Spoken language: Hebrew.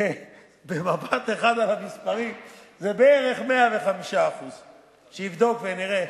במבט אחד על המספרים זה בערך 105%. שיבדוק ונראה.